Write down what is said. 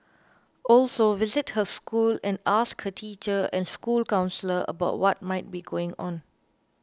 also visit her school and ask her teacher and school counsellor about what might be going on